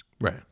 Right